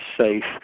safe